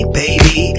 baby